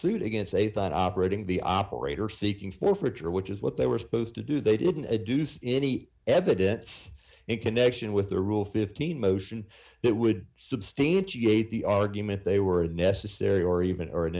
suit against they thought operating the operator seeking forfeiture which is what they were supposed to do they didn't do any evidence in connection with the rule fifteen motion that would substantiate the argument they were a necessary or even or an